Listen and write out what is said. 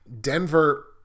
Denver